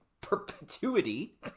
perpetuity